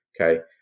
okay